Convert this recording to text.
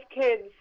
kids